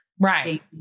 right